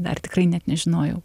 dar tikrai net nežinojau